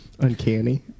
Uncanny